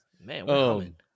man